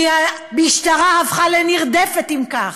כי המשטרה הפכה לנרדפת אם כך,